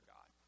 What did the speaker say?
God